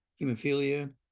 hemophilia